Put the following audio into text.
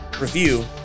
review